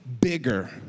bigger